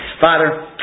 Father